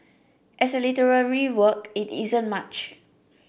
as a literary work it isn't much